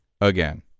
again